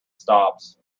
stops